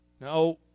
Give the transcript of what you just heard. Now